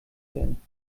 werden